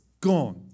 gone